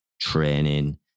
training